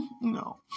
no